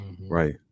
Right